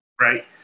Right